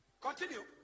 Continue